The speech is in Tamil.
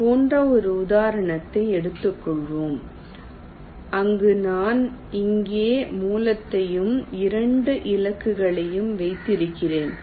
இது போன்ற ஒரு உதாரணத்தை எடுத்துக்கொள்வோம் அங்கு நான் இங்கே மூலத்தையும் 2 இலக்குகளையும் வைத்திருக்கிறேன்